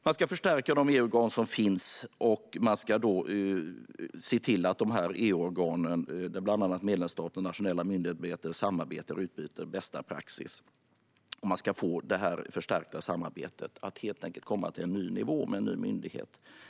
Man ska förstärka de EU-organ som finns och se till att dessa EU-organ, där bland annat medlemsstater och nationella myndigheter samarbetar, utbyter bästa praxis om man ska få detta förstärkta samarbete att komma till en ny nivå med en ny myndighet.